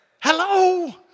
Hello